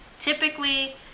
Typically